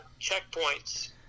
checkpoints